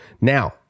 Now